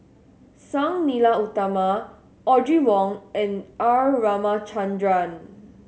Sang Nila Utama Audrey Wong and R Ramachandran